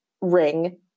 ring